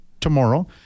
tomorrow